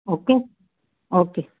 okay okay